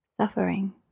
suffering